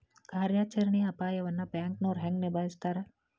ಕಾರ್ಯಾಚರಣೆಯ ಅಪಾಯವನ್ನ ಬ್ಯಾಂಕನೋರ್ ಹೆಂಗ ನಿಭಾಯಸ್ತಾರ